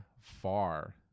far